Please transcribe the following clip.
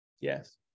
Yes